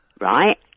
Right